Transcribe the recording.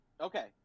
Okay